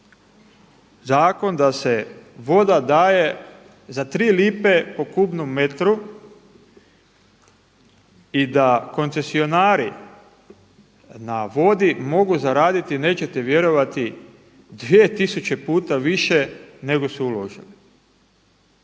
zakon da se voda daje za tri lipe po kubnom metru i da koncesionari na vodi mogu zaraditi nećete vjerovati 2000 puta više nego su uložili.